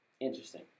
interesting